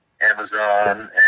Amazon